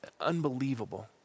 unbelievable